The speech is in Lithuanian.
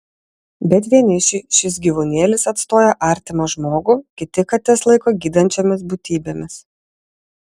bet vienišiui šis gyvūnėlis atstoja artimą žmogų kiti kates laiko gydančiomis būtybėmis